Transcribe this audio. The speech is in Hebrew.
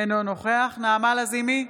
אינו נוכח נעמה לזימי,